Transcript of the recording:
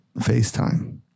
FaceTime